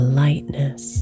lightness